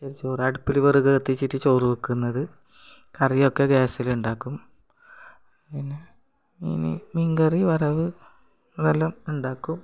പച്ചരിചോറ് അടുപ്പിൽ വിറക് കത്തിച്ചിട്ട് ചോറ് വെക്കുന്നത് കറിയൊക്കെ ഗ്യാസിലുണ്ടാക്കും പിന്നെ മീൻ മീൻ കറി വറവ് അതെല്ലാം ഉണ്ടാക്കും